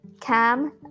Cam